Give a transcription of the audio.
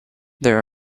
there